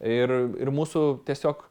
ir ir mūsų tiesiog